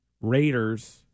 Raiders